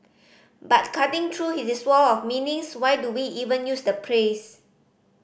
but cutting through this wall of meanings why do we even use the praise